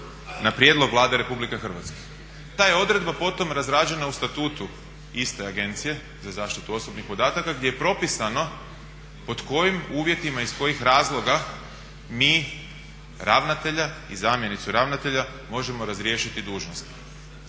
na prijedlog Vlade RH. Ta je odredba potom razrađena u statutu iste Agencije za zaštitu osobnih podataka gdje je propisano pod kojim uvjetima i iz kojih razloga mi ravnatelja i zamjenicu ravnatelja možemo razriješiti dužnosti.